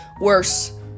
worse